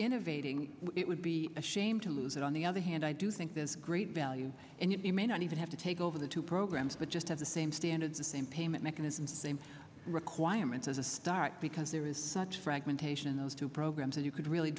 innovating it would be a shame to lose it on the other hand i do think there's great value and you may not even have to take over the two programs but just have the same standards the same payment mechanism same requirements as a start because there is such fragmentation in those two programs and you could really